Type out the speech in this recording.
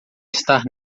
estar